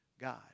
God